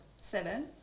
seven